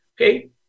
okay